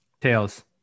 Tails